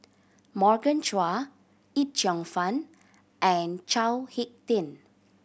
Morgan Chua Yip Cheong Fun and Chao Hick Tin